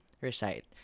recite